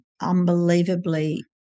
unbelievably